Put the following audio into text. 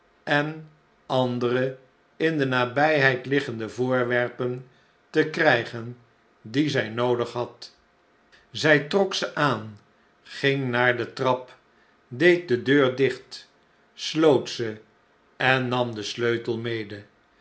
en andere in de nabijheid liggende voorwerpen te krijgen die zij noodig had zij trok ze aan ging naar de trap deed de deur dicht sloot ze en nam den sleutel mede